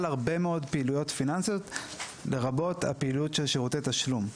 הרבה מאוד פעילויות פיננסיות לרבות הפעילות של שירותי תשלום.